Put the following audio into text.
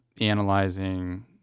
analyzing